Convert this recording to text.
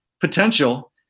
potential